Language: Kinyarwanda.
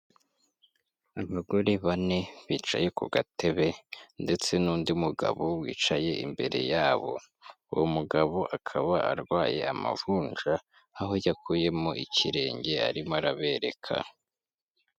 Abagore bane bicaye ku gatebe ndetse n'undi mugabo wicaye imbere yabo, uwo mugabo akaba arwaye amavunja, aho yakuyemo ikirenge arimo arabereka.